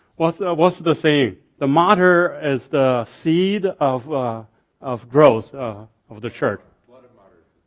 what's ah what's the saying? the martyr is the seed of of growth of the church. blood of martyrs.